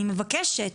אני מבקשת,